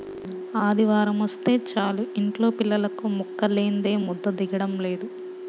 ఆదివారమొస్తే చాలు యింట్లో పిల్లలకు ముక్కలేందే ముద్ద దిగటం లేదు